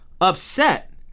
Upset